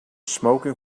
smoking